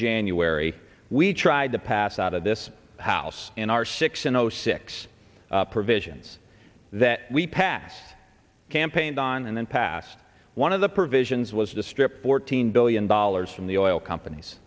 january we tried to pass out of this house in our six in zero six provisions that we passed campaigned on and then passed one of the provisions was to strip fourteen billion dollars from the oil companies